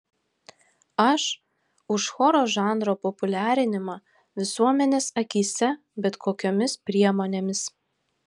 aš už choro žanro populiarinimą visuomenės akyse bet kokiomis priemonėmis